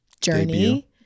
journey